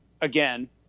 again